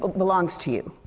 belongs to you.